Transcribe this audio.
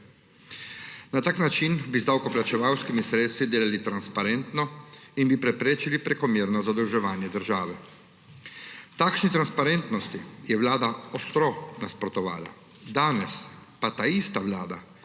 Na tak način bi z davkoplačevalskimi sredstvi delali transparentno in bi preprečili prekomerno zadolževanje države. Takšni transparentnosti je Vlada ostro nasprotovala, danes pa ta ista vlada